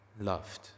loved